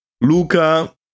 Luca